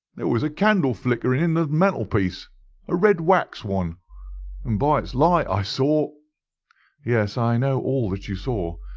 there was a candle flickerin' on the mantelpiece a red wax one and by its light i saw yes, i know all that you saw.